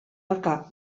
aurka